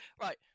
Right